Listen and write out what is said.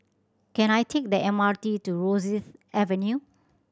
can I take the M R T to Rosyth Avenue